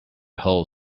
whole